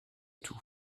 tout